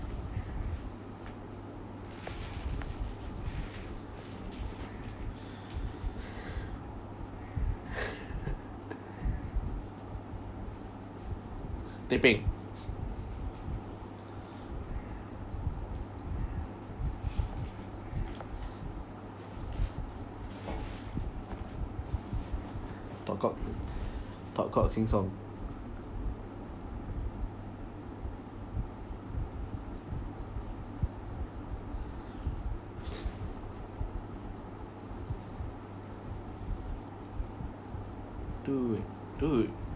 teh peng talk cock talk cock sing song dude dude